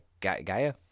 gaia